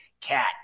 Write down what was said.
Cat